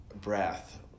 breath